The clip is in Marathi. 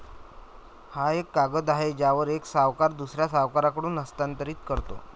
हा एक कागद आहे ज्यावर एक सावकार दुसऱ्या सावकाराकडे हस्तांतरित करतो